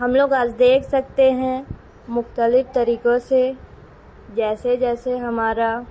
ہم لوگ آج دیکھ سکتے ہیں مختلف طریقوں سے جیسے جیسے ہمارا